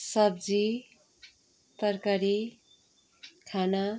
सब्जी तरकारी खाना